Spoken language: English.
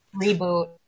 Reboot